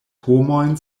homojn